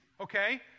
okay